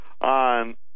on